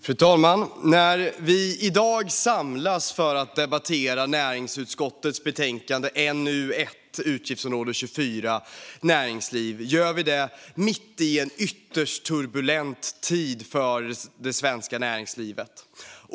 Fru talman! När vi i dag samlas för att debattera näringsutskottets betänkande NU1 Utgiftsområde 24 Näringsliv gör vi det mitt i en ytterst turbulent tid för det svenska näringslivet.